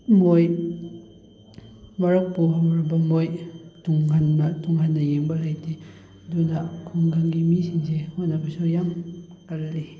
ꯃꯣꯏ ꯑꯃꯨꯔꯛ ꯄꯣꯍꯧꯔꯕ ꯃꯣꯏ ꯇꯨꯡ ꯍꯟꯅ ꯇꯨꯡ ꯍꯟꯅ ꯌꯦꯡꯕ ꯂꯩꯇꯦ ꯑꯗꯨꯅ ꯈꯨꯡꯒꯪꯒꯤ ꯃꯤꯁꯤꯡꯁꯦ ꯍꯣꯠꯅꯕꯁꯨ ꯌꯥꯝ ꯀꯜꯂꯤ